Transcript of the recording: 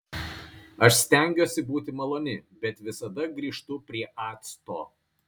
aš stengiuosi būti maloni bet visada grįžtu prie acto